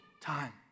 time